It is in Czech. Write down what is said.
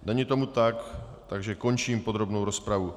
Není tomu tak, takže končím podrobnou rozpravu.